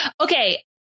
okay